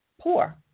poor